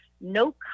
no